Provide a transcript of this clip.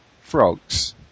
frogs